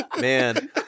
man